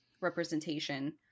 representation